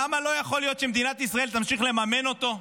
למה לא יכול להיות שמדינת ישראל תמשיך לממן אותו,